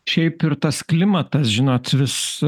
šiaip ir tas klimatas žinot vis